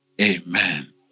Amen